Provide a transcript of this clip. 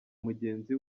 mugenzi